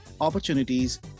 opportunities